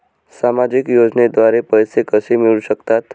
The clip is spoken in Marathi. सामाजिक योजनेद्वारे पैसे कसे मिळू शकतात?